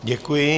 Děkuji.